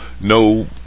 no